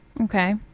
Okay